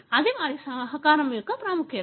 అది వారి సహకారం యొక్క ప్రాముఖ్యత